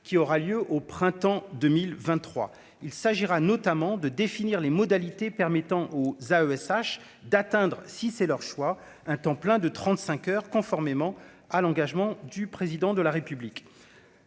qui aura lieu au printemps 2023, il s'agira notamment de définir les modalités permettant aux AESH d'atteindre, si c'est leur choix, un temps plein de trente-cinq heures conformément à l'engagement du président de la République,